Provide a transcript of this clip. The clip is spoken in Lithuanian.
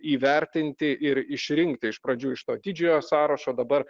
įvertinti ir išrinkti iš pradžių iš to didžiojo sąrašo dabar